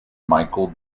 michael